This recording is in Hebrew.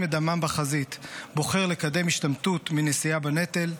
את דמם בחזית בוחר לקדם השתמטות מנשיאה בנטל,